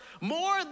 more